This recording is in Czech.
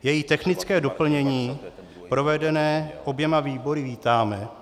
Její technické doplnění provedené oběma výbory vítáme.